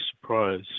surprise